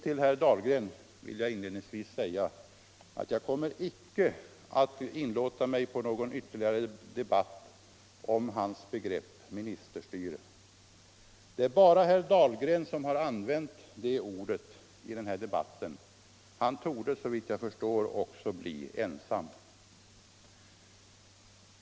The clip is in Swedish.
Till herr Dahlgren vill jag inledningsvis säga att jag icke kommer att inlåta mig på någon ytterligare debatt om hans begrepp ”ministerstyre”. Det är bara herr Dahlgren som har använt det ordet i den här debatten. Han torde, såvitt jag förstår, också bli ensam om detta.